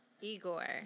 Igor